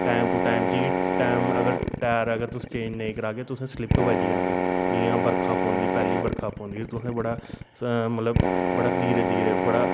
time to time कि के time अगर टैर अगर तुस चेंज नेई करागे तुस स्लिप बज्जी जानी जियां बरखा पौंदी पैह्ली बरखा पौंदी तुसें बड़ा मतलब बड़ा धीरे धीरे बड़ा